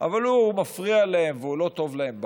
אבל הוא מפריע להם והוא לא טוב להם בעין,